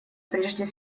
прежде